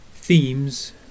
themes